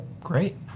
Great